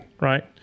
right